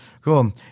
Cool